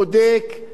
בודק,